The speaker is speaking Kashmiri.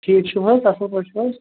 ٹھیٖک چھُو حظ اَصٕل پٲٹھۍ چھُو حظ